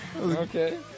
Okay